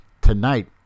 Tonight